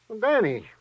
Danny